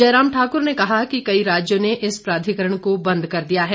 जयराम ठाक्र ने कहा कि कई राज्यों ने इस प्राधिकरण को बंद कर दिया है